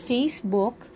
Facebook